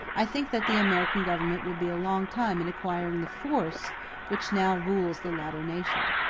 i think that the american government would be a long time in acquiring the force which now rules the latter nation.